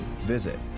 visit